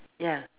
ya